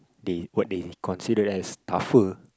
they what they consider as tougher